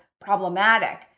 problematic